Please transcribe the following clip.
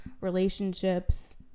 relationships